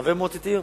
או חבר מועצת העיר,